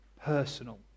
Personal